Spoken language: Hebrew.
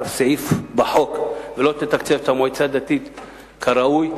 הסעיף בחוק ולא תתקצב את המועצה הדתית כראוי,